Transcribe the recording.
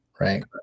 right